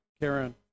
Karen